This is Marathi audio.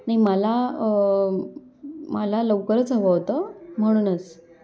नाही मला मला लवकरच हवं होतं म्हणूनच